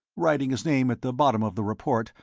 writing his name at the bottom of the report,